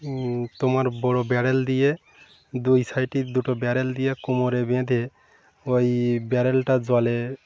তোমার বড়ো ব্যারেল দিয়ে দুই সাইডটি দুটো ব্যারেল দিয়ে কোমরে বেঁধে ওই ব্যারেলটা জলে